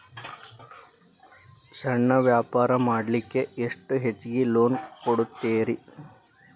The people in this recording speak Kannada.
ಸಣ್ಣ ವ್ಯಾಪಾರ ಮಾಡ್ಲಿಕ್ಕೆ ಎಷ್ಟು ಹೆಚ್ಚಿಗಿ ಲೋನ್ ಕೊಡುತ್ತೇರಿ?